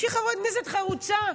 שהיא חברת כנסת חרוצה,